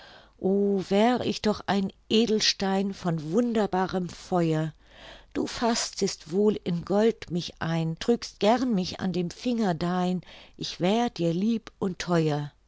o wär ich doch ein edelstein von wunderbarem feuer du faßtest wohl in gold mich ein trügst gern mich an dem finger dein ich wär dir lieb und theuer